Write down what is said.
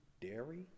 dairy